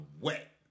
wet